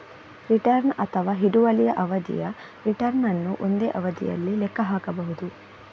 return ಅಥವಾ ಹಿಡುವಳಿ ಅವಧಿಯ ರಿಟರ್ನ್ ಅನ್ನು ಒಂದೇ ಅವಧಿಯಲ್ಲಿ ಲೆಕ್ಕ ಹಾಕಬಹುದು